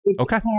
Okay